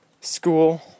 school